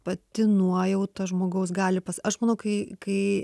pati nuojauta žmogaus gali pas aš manau kai kai